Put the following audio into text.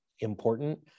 important